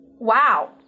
wow